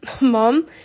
Mom